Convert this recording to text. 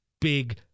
big